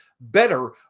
better